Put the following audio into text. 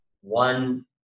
one